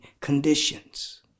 conditions